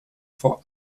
for